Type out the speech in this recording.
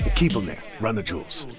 keep them there run the jewels